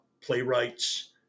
playwrights